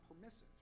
permissive